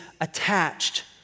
attached